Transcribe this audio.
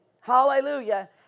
Hallelujah